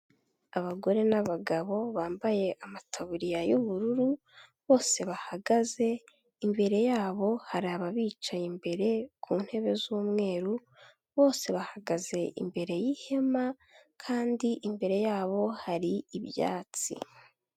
Abagore n'abagabo bambaye amataburiya y'ubururu bose bahagaze, imbere y'abo hari abicaye imbere ku ntebe z'umweru bose bahagaze imbere y'ihema kandi imbere y'abo hari ibyatsi.